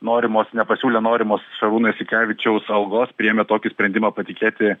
norimos nepasiūlė norimos šarūno jasikevičiaus algos priėmė tokį sprendimą patikėti